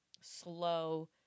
slow